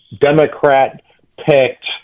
Democrat-picked